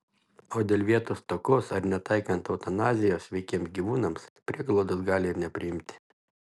o dėl vietos stokos ar netaikant eutanazijos sveikiems gyvūnams prieglaudos gali ir nepriimti